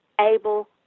able